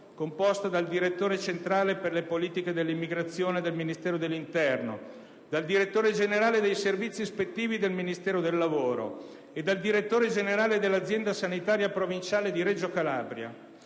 composta dal direttore centrale per le politiche dell'immigrazione del Ministero dell'interno, dal direttore generale dei servizi ispettivi del Ministero del lavoro e dal direttore generale dell'azienda sanitaria provinciale di Reggio Calabria,